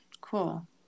Cool